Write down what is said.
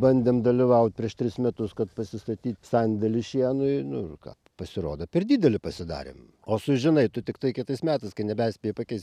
bandėm dalyvaut prieš tris metus kad pasistatyt sandėlį šienui nu ir ką pasirodo per didelį pasidarėm o sužinai tu tiktai kitais metais kai neperspėji pakeist